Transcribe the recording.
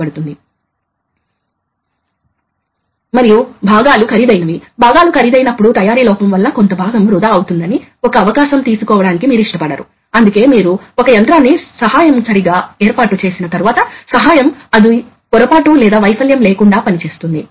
కాబట్టి రెండు పోర్టులలోని ప్రెషర్ డిఫరెన్స్ ని గ్రహించడం ద్వారా సిలిండర్ను యాక్టుయేట్ చేయవచ్చు తద్వారా కొంత మొత్తంలో క్లేమ్పింగ్ ఫోర్స్ అభివృద్ధి చేసిన తర్వాత అది ఆగిపోతుంది